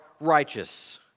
righteous